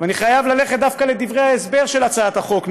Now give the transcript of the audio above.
ואני חייב ללכת דווקא לדברי ההסבר של הצעת החוק,